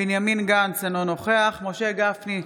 בנימין גנץ, אינו נוכח משה גפני,